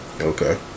okay